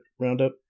roundup